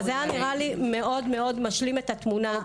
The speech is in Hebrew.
אבל זה היה נראה לי מאוד מאוד משלים את התמונה.